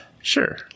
Sure